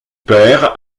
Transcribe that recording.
père